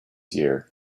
year